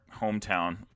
hometown